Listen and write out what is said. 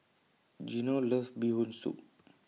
Geno loves Bee Hoon Soup